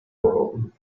world